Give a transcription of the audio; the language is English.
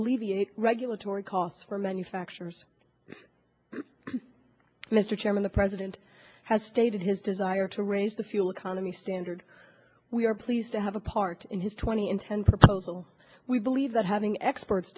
alleviate regulatory costs for manufacturers mr chairman the president has stated his desire to raise the fuel economy standard we are pleased to have a part in his twenty in ten proposal we believe that having experts